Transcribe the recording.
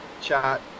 chat